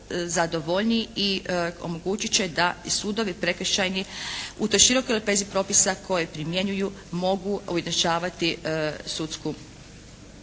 zadovoljniji i omogućit će da i sudovi prekršajni u toj širokoj lepezi propisa koje primjenjuju mogu ujednačavati sudsku